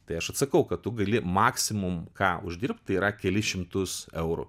tai aš atsakau kad tu gali maksimum ką uždirbt tai yra kelis šimtus eurų